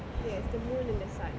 yes the moon and the sun